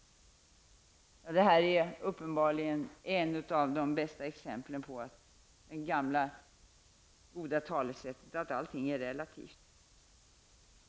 Detta är uppenbarligen ett av de bästa exemplen på det gamla goda talesättet att allting är relativt.